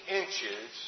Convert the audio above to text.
inches